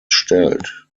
stellt